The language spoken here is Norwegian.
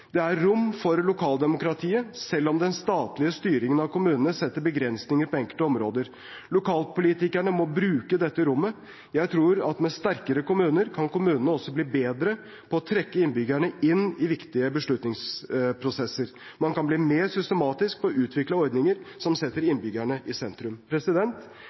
Det er rom for lokaldemokrati selv om den statlige styringen av kommunene setter begrensninger på enkelte områder. Lokalpolitikerne må bruke dette rommet. Jeg tror at med sterkere kommuner, kan kommunene også bli bedre på å trekke innbyggerne inn i viktige beslutningsprosesser. Man kan bli mer systematisk på å utvikle ordninger som setter innbyggerne i sentrum.